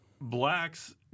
blacks